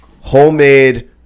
Homemade